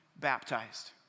baptized